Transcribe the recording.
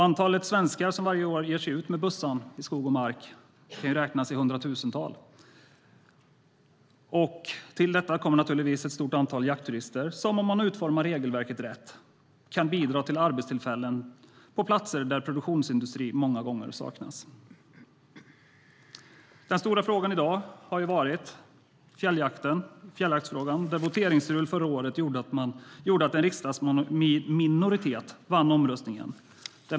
Antalet svenskar som varje år ger sig ut med bössan i skog och mark kan räknas i hundratusental, och till detta kommer ett stort antal jaktturister som, om man utformar regelverken rätt, kan bidra till arbetstillfällen på platser där produktionsindustri många gånger saknas. Den stora frågan i dag har varit fjälljaktsfrågan, där voteringsstrul förra året gjorde att en riksdagsminoritet vann omröstningen.